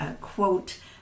quote